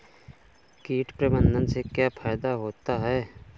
कीट प्रबंधन से क्या फायदा होता है?